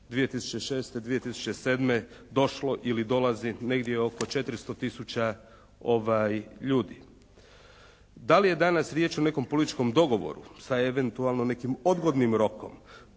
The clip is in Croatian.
2006./2007. došlo ili dolazi negdje oko 400 tisuća ljudi. Da li je danas riječ o nekom političkom dogovoru sa eventualno nekim odgodnim rokom